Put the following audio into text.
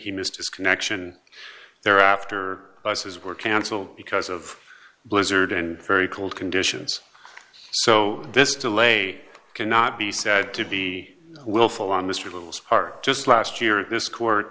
he missed his connection there after buses were cancelled because of blizzard and very cold conditions so this delay cannot be said to be willful on mr little's part just last year this court